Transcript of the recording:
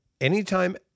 anytime